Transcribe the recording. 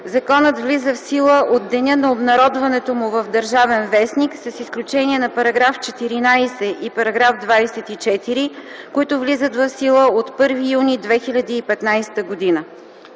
Законът влиза в сила от деня на обнародването му в „Държавен вестник” с изключение на § 14 и § 24, които влизат в сила от 1 юни 2015 г.”.”